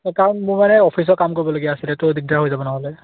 কাৰণ মোৰ মানে অফিচৰ কাম কৰিবলীয়া আছিলে দিগদাৰ হৈ যাব নহ'লে